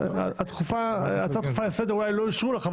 הצעה דחופה לסדר אולי לא אישרו לך,